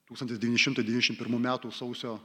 tūkstantis devyni šimtai devyniasdešimt pirmųjų metų sausio